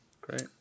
Great